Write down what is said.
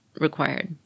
required